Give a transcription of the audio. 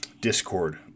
Discord